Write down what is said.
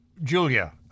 Julia